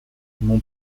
mon